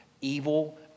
evil